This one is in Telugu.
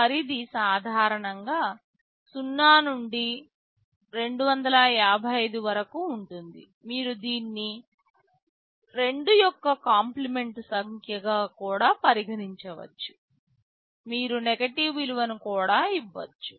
పరిధి సాధారణంగా 0 నుండి 255 వరకు ఉంటుంది మీరు దీన్ని 2 యొక్క కాంప్లిమెంట్ సంఖ్యగా2's complement number కూడా పరిగణించవచ్చు మీరు నెగటివ్ విలువను కూడా ఇవ్వచ్చు